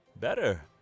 Better